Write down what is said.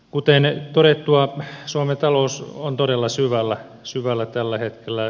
kuten todettua suomen talous on todella syvällä tällä hetkellä